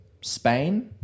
Spain